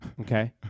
Okay